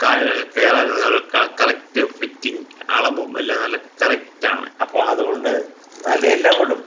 കാലിലൊക്കെ കേറാനൊക്കെ കറ correct fitting അളവും എല്ലാം നല്ല കറക്റ്റാണ് അപ്പം അതുകൊണ്ട് അത് എല്ലാം കൊണ്ടും